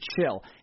chill